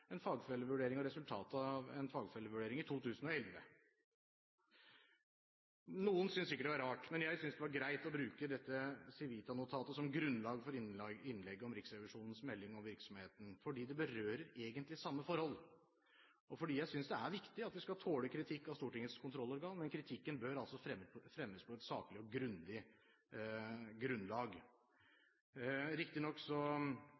en fagfellevurdering og resultatet av en fagfellevurdering i 2011. Noen synes sikkert det er rart, men jeg syntes det var greit å bruke dette Civita-notatet som grunnlag for innlegget om Riksrevisjonens melding om virksomheten, fordi det berører egentlig samme forhold, og fordi jeg synes det er viktig at vi skal tåle kritikk av Stortingets kontrollorgan, men kritikken bør altså fremmes på et saklig og grundig